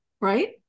right